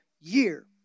year